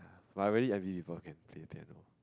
but I really envy people can play piano